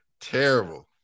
terrible